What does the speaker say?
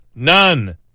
none